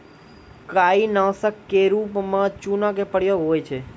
काई नासक क रूप म चूना के प्रयोग होय छै